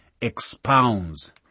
expounds